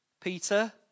Peter